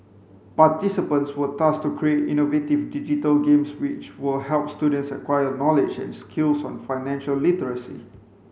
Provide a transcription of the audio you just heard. participants were tasked to create innovative digital games which will help students acquire knowledge and skills on financial literacy